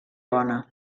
bona